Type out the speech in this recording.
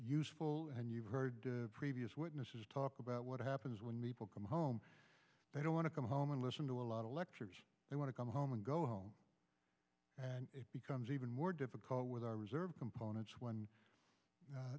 useful and you've heard previous witnesses talk about what happens when people come home they don't want to come home and listen to a lot of lectures they want to come home and go home it becomes even more difficult with our reserve components when